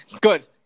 good